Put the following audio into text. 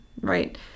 right